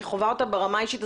אני חווה אותה ברמה אישית.